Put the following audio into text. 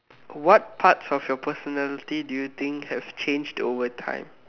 what parts of your personality do you think have changed over time